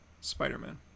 Spider-Man